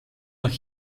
nach